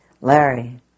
Larry